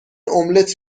املت